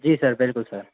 जी sir बिल्कुल sir